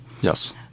Yes